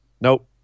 Nope